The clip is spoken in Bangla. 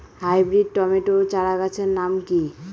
হাইব্রিড টমেটো চারাগাছের নাম কি?